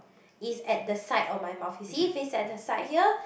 is at the side of my mouth you see face at the side here